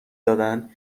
دادند